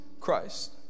Christ